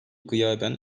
gıyaben